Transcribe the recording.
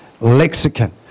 lexicon